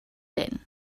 din